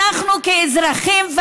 אנחנו כאזרחים,